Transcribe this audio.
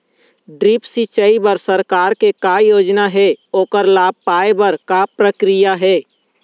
Drip सिचाई बर सरकार के का योजना हे ओकर लाभ पाय बर का प्रक्रिया हे?